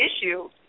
issue